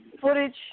footage